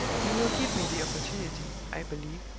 he will give me the opportunity, i believe,